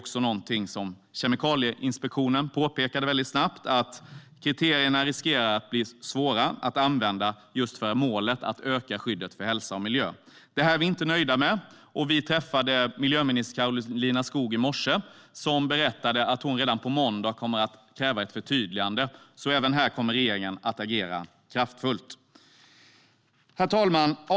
Kemikalieinspektionen påpekade snabbt att kriterierna riskerar att bli svåra att använda just för målet att öka skyddet för hälsa och miljö. Det här är vi inte nöjda med. Vi träffade miljöminister Karolina Skog i morse, och hon berättade att hon redan på måndag kommer att kräva ett förtydligande. Även här kommer regeringen alltså att agera kraftfullt. Herr talman!